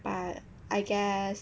but I guess